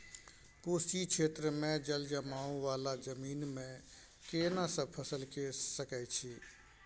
कोशी क्षेत्र मे जलजमाव वाला जमीन मे केना सब फसल के सकय छी?